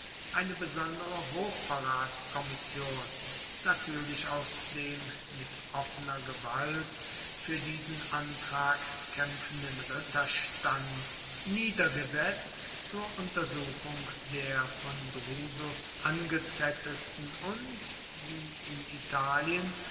eine besondere hochverratskommission natürlich aus dem mit offener gewalt für diesen antrag kämpfenden ritterstand niedergesetzt zur untersuchung der von drusus angezettelten und wie in italien